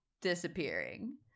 disappearing